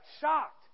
shocked